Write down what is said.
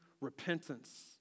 repentance